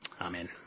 Amen